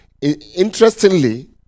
Interestingly